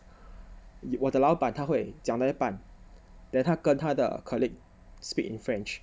以我的老板他会讲到一半 then 他跟他的 colleague speak in french